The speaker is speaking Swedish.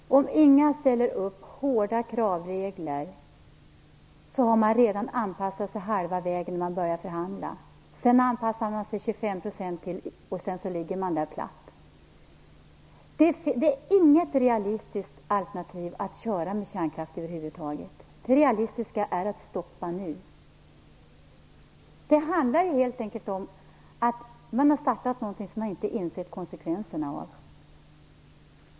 Herr talman! Om ingen ställer hårda krav så har man redan anpassat sig halva vägen när man börjar förhandla. Sedan anpassar man sig 25 % till, och till slut ligger man platt. Det är inget realistiskt alternativ att köra med kärnkraft över huvud taget. Det realistiska är att stoppa nu. Det handlar helt enkelt om att man har startat någonting som man inte insett konsekvenserna av.